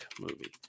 Movie